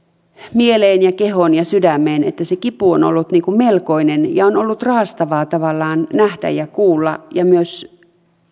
mieleen ja kehoon ja sydämeen että se kipu on ollut melkoinen ja on ollut raastavaa tavallaan nähdä ja kuulla myös